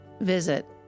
visit